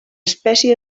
espècie